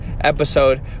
episode